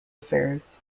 affairs